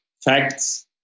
facts